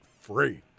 Free